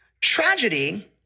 tragedy